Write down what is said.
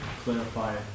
clarify